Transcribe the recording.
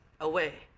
away